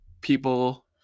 people